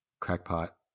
Crackpot